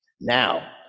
Now